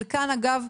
חלקן אגב,